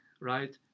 right